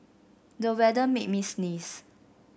the weather made me sneeze